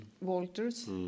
Walters